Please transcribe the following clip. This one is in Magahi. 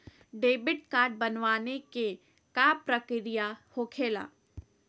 डेबिट कार्ड बनवाने के का प्रक्रिया होखेला?